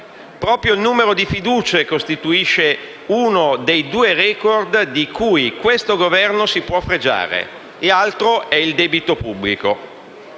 Proprio il numero di fiducie costituisce uno dei due *record* di cui questo Governo si può fregiare; l'altro è il debito pubblico.